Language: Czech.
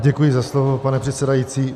Děkuji za slovo, pane předsedající.